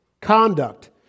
conduct